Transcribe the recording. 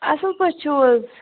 اصٕل پٲٹھۍ چھِو حظ